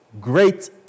great